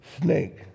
snake